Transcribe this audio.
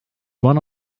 one